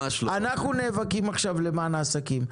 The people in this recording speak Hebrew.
אנחנו נאבקים עכשיו למען העסקים,